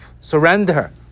Surrender